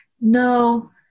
No